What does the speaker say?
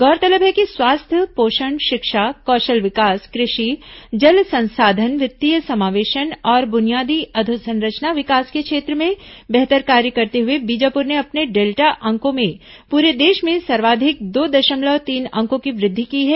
गौरतलब है कि स्वास्थ्य पोषण शिक्षा कौशल विकास कृषि जल संसाधन वित्तीय समावेशन और बुनियादी अधोसंरचना विकास के क्षेत्र में बेहतर कार्य करते हुए बीजापुर ने अपने डेल्टा अंकों में पूरे देश में सर्वाधिक दो दशमलव तीन अंकों की वृद्धि की है